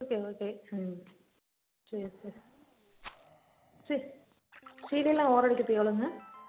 okay okay ம் சரி சரி சேலை எல்லாம் ஓரம் அடிக்கிறதுக்கு எவ்வளோங்க